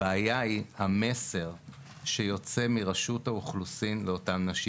הבעיה היא המסר שיוצא מרשות האוכלוסין וההגירה לאותן הנשים.